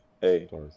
Hey